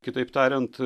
kitaip tariant